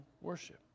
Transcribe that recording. worship